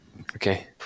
Okay